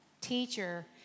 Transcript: Teacher